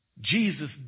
Jesus